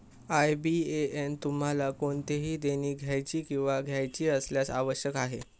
IBAN तुम्हाला कोणतेही देणी द्यायची किंवा घ्यायची असल्यास आवश्यक आहे